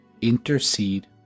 intercede